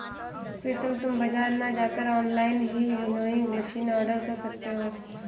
प्रितम तुम बाजार ना जाकर ऑनलाइन ही विनोइंग मशीन ऑर्डर कर सकते हो